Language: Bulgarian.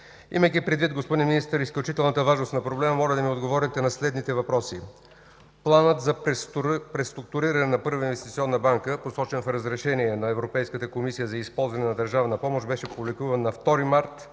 Имайки предвид, господин Министър, изключителната важност на проблема, моля да ми отговорите на следните въпроси. Планът за преструктуриране на Първа инвестиционна банка, посочен в разрешение на Европейската комисия за използване на държавна помощ, беше публикуван на 2 март